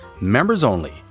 members-only